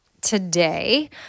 today